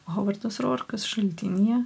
hovardas rorkas šaltinyje